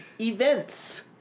events